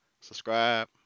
subscribe